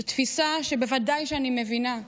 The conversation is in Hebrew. זו תפיסה שוודאי שאני מבינה אותה.